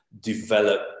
develop